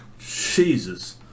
Jesus